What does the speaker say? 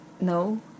No